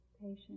patient